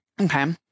Okay